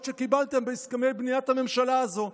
שקיבלתם בהסכמי בניית הממשלה הזו.